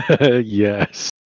Yes